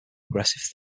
progressive